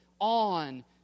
on